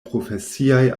profesiaj